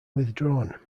withdrawn